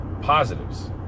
positives